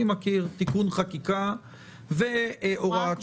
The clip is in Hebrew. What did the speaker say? אני מכיר תיקון חקיקה והוראת שעה.